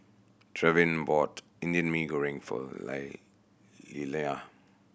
Trevin bought Indian Mee Goreng for lie Lillia